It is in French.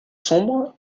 sombre